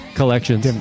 collections